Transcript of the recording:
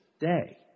day